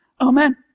Amen